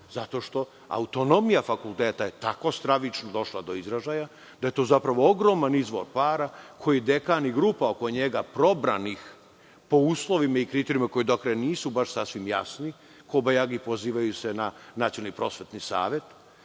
Zato što autonomija fakulteta je tako stravično došla do izražaja da je to ogroman izvor para koji dekan i grupa oko njega, probranih po uslovima i kriterijumima koji nisu baš sasvim jasni, kobajagi se pozivaju na Nacionalni prosvetni savet,